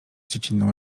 dziecinną